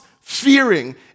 fearing